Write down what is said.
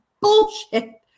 bullshit